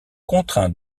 contraint